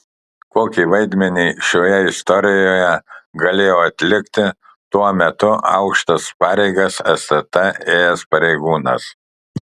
kokį vaidmenį šioje istorijoje galėjo atlikti tuo metu aukštas pareigas stt ėjęs pareigūnas